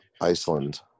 Iceland